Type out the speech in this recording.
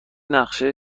نقشه